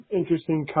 interesting